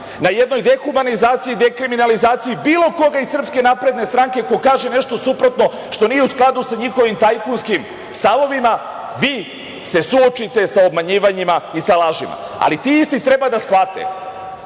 na jednoj dehumanizaciji, dekriminalizaciji bilo koga iz SNS ako kaže nešto suprotno što nije u skladu sa njihovim tajkunskim stavovima, vi se suočite sa obmanjivanjima i sa lažima, ali ti isti treba da shvate